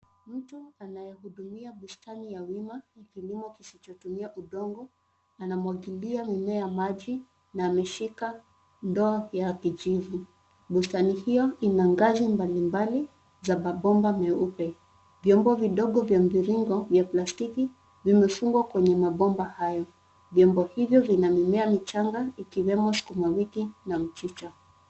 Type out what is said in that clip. Mtu anayehudumia bustani ya wima kilimo kisichotumia udongo anamwagilia mimea maji na ameshika ndoo ya kijivu. Bustani hiyo ina ngazi mbali mbali za mabomba meupe vyombo vidogo vya mviringo vya plastiki vimefungwa kwenye mabomba hayo. Vyombo hivyo vina mimea michanga ikiwemo sukuma wiki na mchicha.